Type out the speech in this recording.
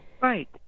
Right